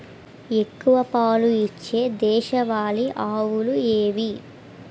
ఎక్కువ పాలు ఇచ్చే దేశవాళీ ఆవులు ఏవి?